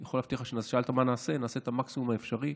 שאלת מה נעשה, נעשה את המקסימום האפשרי